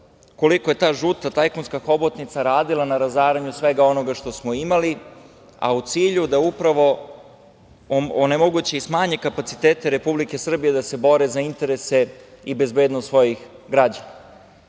koliko je ta žuta tajkunska hobotnica radila na razaranju svega onoga što smo imali, a u cilju da upravo onemogući i smanji kapacitete Republike Srbije da se bori za interese i bezbednost svojih građana. Pre